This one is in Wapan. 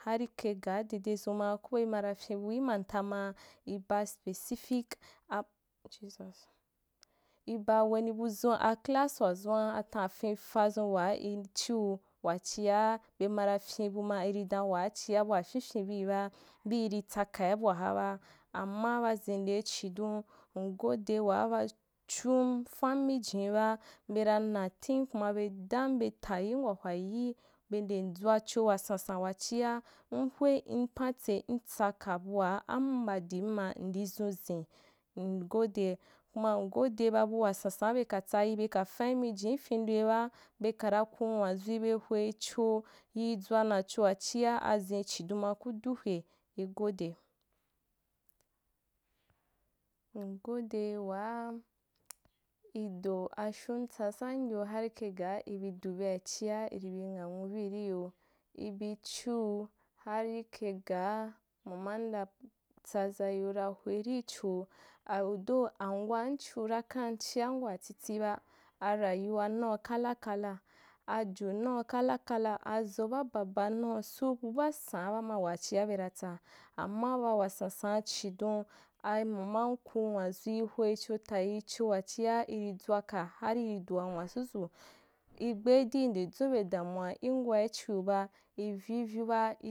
Hari kai gaa dedezum ma ko imara fyin bui manta maa, iba wani buzun a class wazuŋa tau fenapzun waa ichiu wachî bemara fyinbu ma tri dan waa chia bua fyiufyin buiba, biiri tsakaa buha ba amma ba zende chidon, ngode waa bashoum fammi jiní ba, bera natem kuma be dam be tayim wah wayiyii be nde dzwacho wasasan waochia mhwei, mpantse mtsaka bua am ba dimma ndi zuziun, ngo de, kuma ngode babua sansan beka tsayi beka fammi jini ifendoi ba, belara kunwazun nwazuī be hoicho yii dzwa nchoa chia azin chidon ma kaduh wei igo de, mgode waa ido ashum tsazam yo harī kai gaa ibi du be’achia irîbi nghanwu bii rîyo, ibi chiu harî kaî gaa mamanda tsaza iyo ra hoīrìcho, a-although angwanchiura kam chia ngwaatitiba, arayuwa nau kala kala, ajo nau kala, azo baa babba nau su bu baa sa’abama wachia benatso, amma ba wasansan’a chidon amamann kunwazuì, hocho tayicho wachia irizwaka hari iri du wan wazuzu, lgbeidii ndedwobe damuwa ingwaichiubai ivyuivyuba.